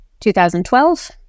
2012